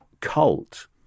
cult